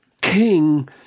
king